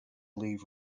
leave